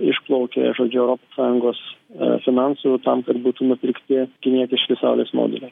išplaukė žodžiu europos sąjungos finansų tam kad būtų nupirkti kinietiški saulės moduliai